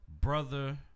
Brother